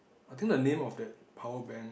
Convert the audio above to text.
I think the name of that power bank